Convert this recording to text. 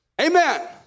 Amen